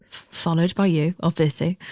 followed by you, obviously.